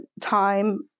time